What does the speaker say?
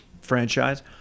franchise